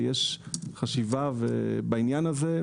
ויש חשיבה בעניין הזה,